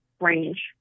range